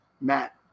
Matt